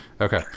Okay